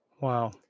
Wow